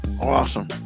awesome